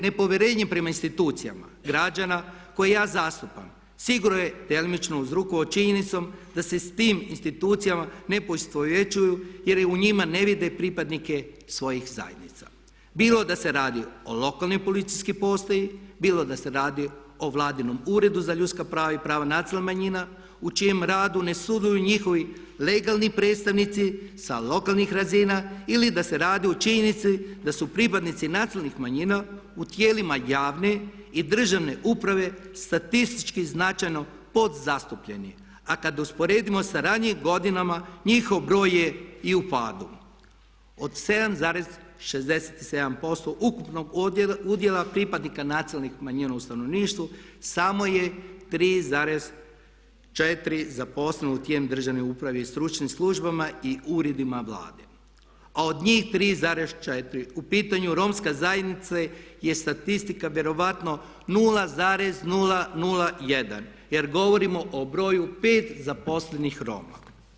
Nepovjerenjem prema institucijama građana koje ja zastupam sigurno je … činjenicom da se sa tim institucijama ne poistovjećuju jer u njima ne vide pripadnike svojih zajednica bilo da se radi o lokalnoj policijskoj postaji, bilo da se radi o Vladinom uredu za ljudska prava i prava nacionalnih manjina u čijem radu ne sudjeluju njihovi legalni predstavnici sa lokalnih razina ili da se radi o činjenici da su pripadnici nacionalnih manjina u tijelima javne i državne uprave statistički značajno podzastupljeni a kad usporedimo sa ranijim godinama njihov broj je i u padu od 7,67% ukupnog udjela pripadnika nacionalnih manjina u stanovništvu samo je 3,4 zaposleno u tijelima državne uprave i stručnim službama i uredima Vlade a od njih 3,4 u pitanju romska zajednica je sa statistika vjerojatno 0,001 jer govorimo o broju zaposlenih Roma.